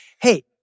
hey